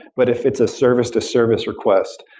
but if it's a service to service request,